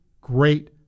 great